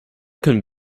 können